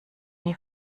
nie